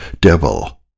Devil